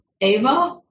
Ava